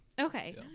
Okay